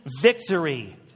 victory